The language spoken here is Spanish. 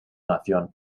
nación